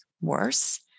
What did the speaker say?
worse